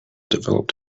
develop